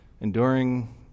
enduring